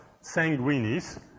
sanguinis